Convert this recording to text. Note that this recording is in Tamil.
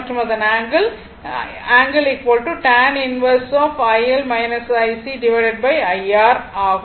மற்றும் அதன்ஆங்கிள் ஆகும்